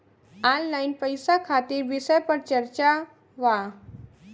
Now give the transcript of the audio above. Online पैसा खातिर विषय पर चर्चा वा?